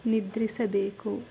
ನಿದ್ರಿಸಬೇಕು